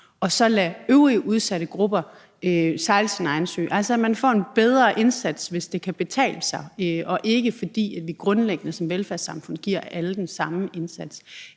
og så lade øvrige udsatte grupper sejle deres egen sø, altså at man får en bedre indsats, hvis det kan betale sig, og ikke, fordi vi grundlæggende som velfærdssamfund giver alle den samme indsats.